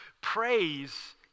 Praise